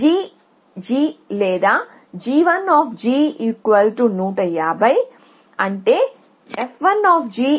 g G లేదా g1 150 అంటే f1150